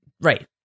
Right